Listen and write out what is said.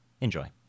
Enjoy